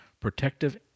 protective